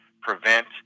prevent